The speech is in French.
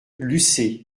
lucé